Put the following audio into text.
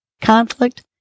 conflict